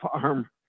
farm